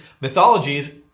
mythologies